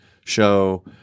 show